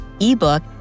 ebook